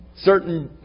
certain